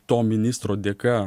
to ministro dėka